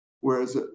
Whereas